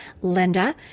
Linda